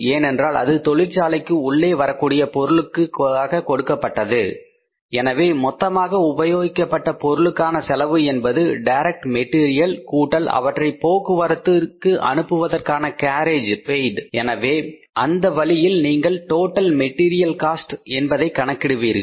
ஏனென்றால் அது தொழிற்சாலைக்கு உள்ளே வரக்கூடிய பொருளுக்காக கொடுக்கப்பட்டது எனவே மொத்தமாக உபயோகிக்கப்பட்ட பொருட்களுக்கான செலவு என்பது டைரக்ட் மெட்டீரியல் கூட்டல் அவற்றை போக்குவரத்தில் அனுப்புவதற்கான கேரியேஜ் பெய்டு எனவே அந்த வழியில் நீங்கள் டோட்டல் மெட்டீரியல் காஸ்ட் என்பதை கணக்கிடுவீர்கள்